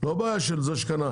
לא בעיה של זה שקנה.